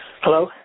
Hello